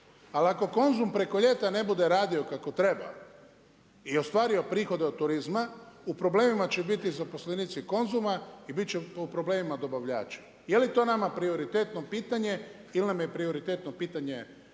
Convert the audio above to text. ali ako Konzum preko ljeta ne bude radio kako treba i ostvario prihode od turizma, u problemima će biti zaposlenici Konzuma i biti će u problemima dobavljači. Je li to nama prioritetno pitanje ili nam je prioritetno pitanje,